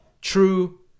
true